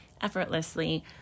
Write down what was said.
effortlessly